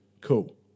cool